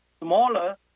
smaller